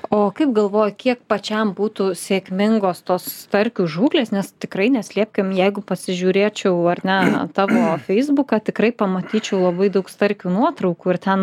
o kaip galvoji kiek pačiam būtų sėkmingos tos starkių žūklės nes tikrai neslėpkim jeigu pasižiūrėčiau ar ne tavo feisbuką tikrai pamatyčiau labai daug starkių nuotraukų ir ten